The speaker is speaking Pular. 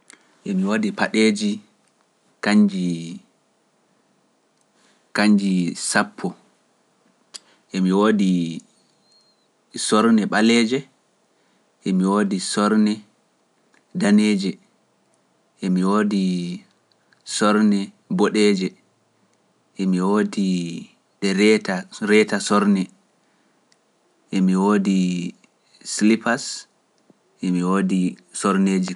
Emi woodi paɗeeji kannji, kannji sappo, Emi woodi sorne ɓaleeje, emi woodi sorne daneeje, emi woodi sorne boɗeeje, emi woodi ɗe reeta, ɗe reeta sorne, e mi woodi silipas, emi woodi sorneeji.